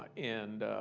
and